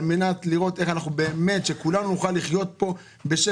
על מנת שנוכל לראות באמת איך כולנו נוכל לחיות פה בשקט.